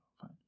fine